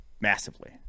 massively